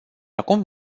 acum